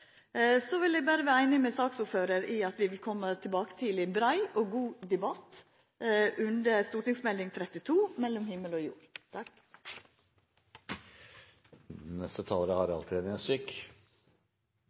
Så vil eg berre seia meg einig med saksordføraren i at vi kjem tilbake til ein brei og god debatt under behandlinga av Meld. St. 32 for 2012–2013, Mellom himmel og jord.